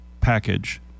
package